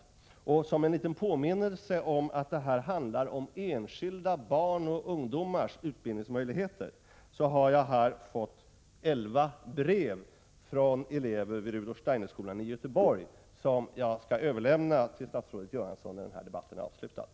Jag har fått elva brev från elever vid Rudolf Steiner-skolan i Göteborg, och jag skall när denna debatt är avslutad överlämna dessa brev till statsrådet Göransson som en liten påminnelse om att det här handlar om enskilda barns och ungdomars utbildningsmöjligheter.